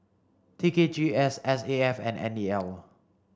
T K G S S A F and N E L